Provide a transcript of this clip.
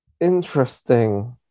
Interesting